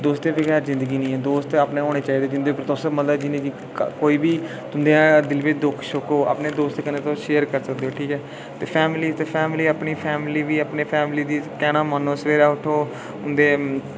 दोस्तें बगैर जिंदगी निं ऐ दोस्त अपने होने चाहिदे जिं'दे तुस मतलब जि'न्नी कोई बी दिल बिच दुख सुख हो अपने दोस्तें कन्नै तुस शेयर करी सकदे ओ ठीक ऐ ते फ्ही फैमिली ते फैमिली अपनी फैमिली दी कहना मानो सवेरे उट्ठो उं'दे